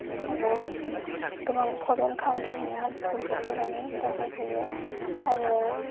मानि गोबां परेन कान्ट्रि नि मानसिफोरबो फैनानै दावबायफैयो आरो